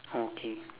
okay